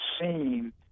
seen